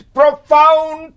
profound